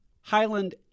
Highland